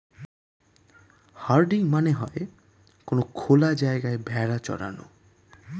herding মানে হয়ে কোনো খোলা জায়গায় ভেড়া চরানো